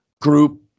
Group